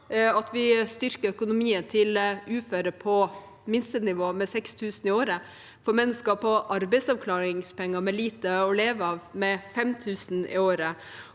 vi styrker økonomien til uføre på minstenivå med 6 000 kr i året og til mennesker på arbeidsavklaringspenger med lite å leve av med 5 000 kr i året.